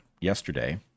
yesterday